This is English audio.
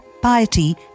piety